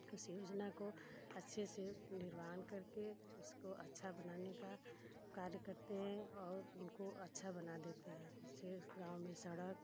उस योजना को अच्छे से निर्वाहन करके उसको अच्छा बनाने का कार्य करते हैं और उसको अच्छा बना देते है इस गाँव में सड़क